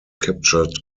captured